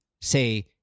say